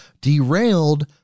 derailed